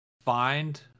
find